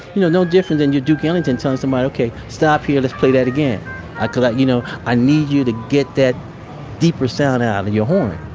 you know no different than your duke ellington telling somebody, ok, stop here. let's play that again because i you know, i need you to get that deeper sound out of your horn